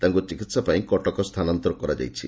ତାଙ୍କୁ ଚିକିହା ପାଇଁ କଟକ ସ୍ଚାନାନ୍ତର କରାଯାଇଛି